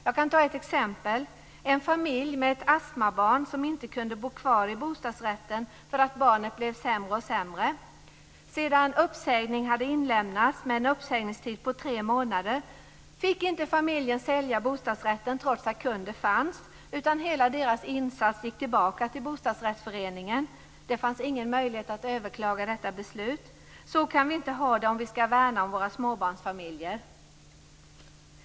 Jag tar ett exempel: En familj med ett astmabarn kunde inte bo kvar i bostadsrätten för att barnet blev sämre och sämre. Sedan uppsägning inlämnats med en uppsägningstid på tre månader fick familjen inte sälja bostadsrätten trots att kunder fanns. Hela deras insats gick tillbaka till bostadsrättsföreningen. Det fanns ingen möjlighet att överklaga detta beslut. Så kan vi inte ha det om vi skall värna om våra småbarnsfamiljer.